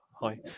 Hi